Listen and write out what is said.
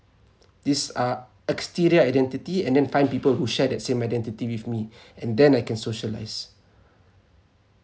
this uh exterior identity and then find people who share that same identity with me and then I can socialise